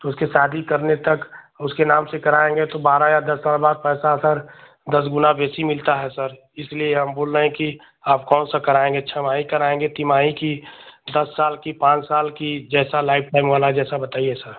तो उसकी शादी करने तक उसके नाम से कराएँगे तो बारह या दस साल बाद पैसा आता दस गुना बेसी मिलता है सर इसलिए हम बोल रहे हैं कि आप कौन सा कराएँगे छमाही कराएँगे तिमाही कि दस साल कि पाँच साल कि जैसा लाइफ़ टाइम वाला जैसा बताइए सर